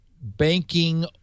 banking